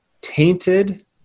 tainted